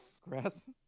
Grass